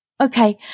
Okay